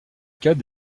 cas